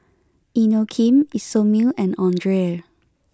Inokim Isomil and Andre